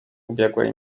ubiegłej